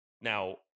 now